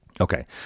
Okay